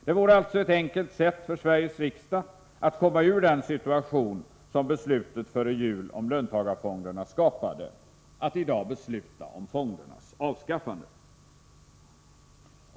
Det vore alltså ett enkelt sätt för Sveriges riksdag att komma ur den situation som beslutet före jul om löntagarfonderna skapat att i dag besluta om fondernas avskaffande.